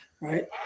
Right